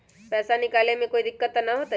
पैसा निकाले में कोई दिक्कत त न होतई?